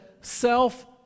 self